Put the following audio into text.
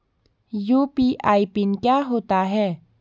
UPI PIN क्या होता है?